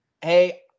hey